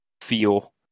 feel